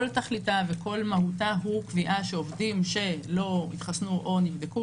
כל תכליתה וכל מהותה היא קביעה שעובדים שלא התחסנו או נבדקו,